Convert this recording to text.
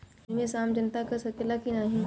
निवेस आम जनता कर सकेला की नाहीं?